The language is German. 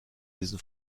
diesen